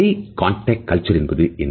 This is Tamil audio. ஹய் கான்டக்ட் கல்ச்சர் என்பது என்ன